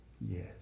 yes